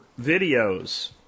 videos